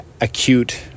acute